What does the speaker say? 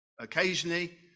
Occasionally